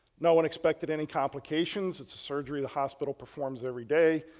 no one expected any complications. it's a surgery the hospital performs every day,